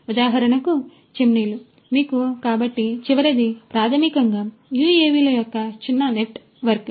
ఉదాహరణకు చిమ్నీలు మీకు కాబట్టి చివరిది ప్రాథమికంగా UAV ల యొక్క చిన్న నెట్వర్క్